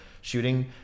shooting